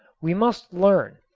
we must learn,